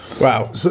Wow